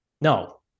no